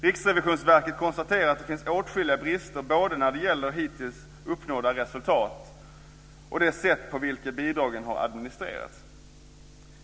RRV konstaterar att det finns åtskilliga brister, när det gäller både hittills uppnådda resultat och det sätt på vilket bidragen har administrerats.